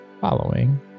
following